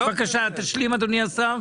בבקשה, תשלים, אדוני השר.